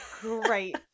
great